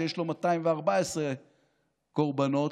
שיש לו 214 קורבנות,